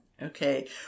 Okay